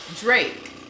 Drake